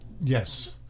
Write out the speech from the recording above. Yes